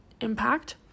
impact